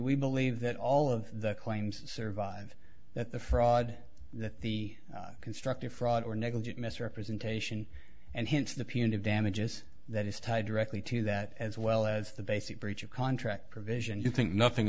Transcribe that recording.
we believe that all of the claims survive that the fraud that the constructive fraud or negligent misrepresentation and hence the punitive damages that is tied directly to that as well as the basic breach of contract provision you think nothing